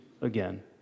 again